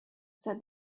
said